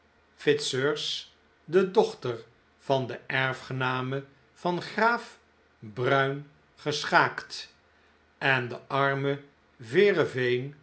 fitzurse de dochter en erfgename van graaf bruin geschaakt en de arme